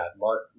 Mark